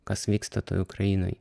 kas vyksta toj ukrainoj